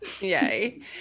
Yay